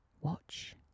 watch